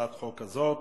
להצעת החוק הזאת.